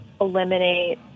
eliminate –